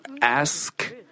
ask